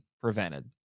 prevented